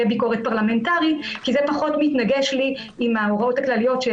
ביקורת פרלמנטרית כי זה פחות מתנגש לי עם ההוראות הכלליות של